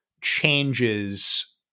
changes